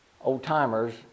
old-timers